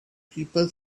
people